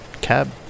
cab